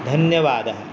धन्यवादः